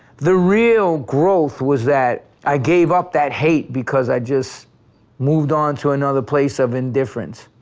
the real growth was that i gave up that hate because i just moved on to another place of indifference.